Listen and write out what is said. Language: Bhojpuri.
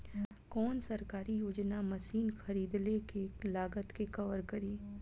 कौन सरकारी योजना मशीन खरीदले के लागत के कवर करीं?